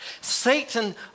Satan